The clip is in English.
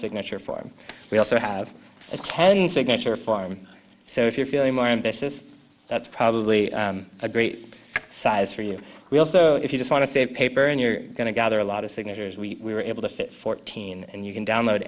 signature form we also have a ten signature farm so if you're feeling more ambitious that's probably a great size for you we also if you just want to save paper and you're going to gather a lot of signatures we were able to fit fourteen and you can download